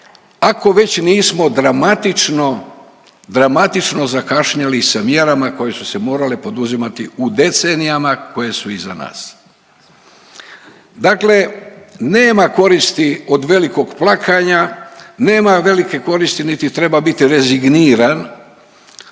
dramatično, dramatično zakašnjeli sa mjerama koje su se morale poduzimati u decenijama koje su iza nas. Dakle, nema koristi od velikog plakanja, nema velike koristi niti treba biti rezigniran.